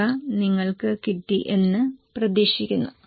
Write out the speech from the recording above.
ഇവ നിങ്ങൾക് കിട്ടി എന്ന് പ്രതീക്ഷിക്കുന്നു